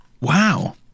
Wow